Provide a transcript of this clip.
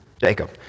Jacob